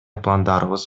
пландарыбыз